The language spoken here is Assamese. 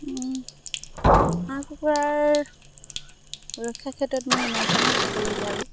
হাঁহ কুকুৰাৰ ৰক্ষা ক্ষেত্ৰত মই ইমানখিনিয়ে ক'বলগীয়া আৰু